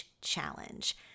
Challenge